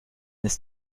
ist